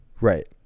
Right